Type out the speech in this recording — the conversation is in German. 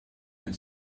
den